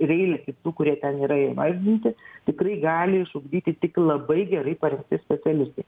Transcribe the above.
ir eilę kitų kurie ten yra įvardinti tikrai gali išugdyti tik labai gerai parengti specialistai